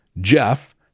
Jeff